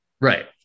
Right